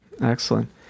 Excellent